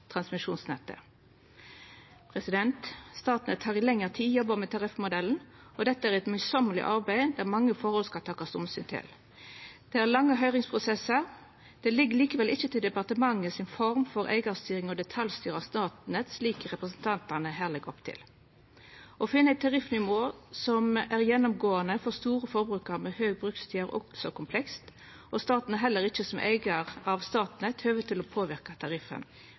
transmisjonsnettet. Statnett har i lengre tid jobba med tariffmodellen. Dette er eit krevjande arbeid der det skal takast omsyn til mange forhold. Det er lange høyringsprosessar. Det ligg likevel ikkje i departementet si form for eigarstyring å detaljstyra Statnett, slik representantane her legg opp til. Å finna eit tariffnivå som er gjennomgåande for store forbrukarar med høg brukstid, er også komplekst, og staten har heller ikkje som eigar av Statnett høve til å påverka tariffen.